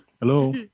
Hello